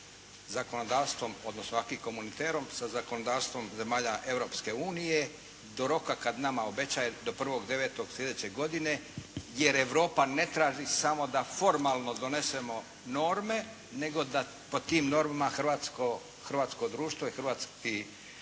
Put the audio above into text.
sa zakonodavstvom, odnosno sa acquis communautarieom sa zakonodavstvom zemalja Europske unije do roka kada nama obećaje, do 1.9. sljedeće godine, jer Europa ne traži samo da formalno donesemo norme nego da po tim normama hrvatsko društvo i hrvatski